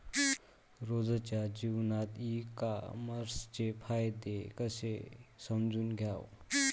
रोजच्या जीवनात ई कामर्सचे फायदे कसे समजून घ्याव?